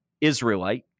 Israelite